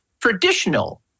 traditional